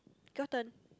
your turn